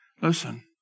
Listen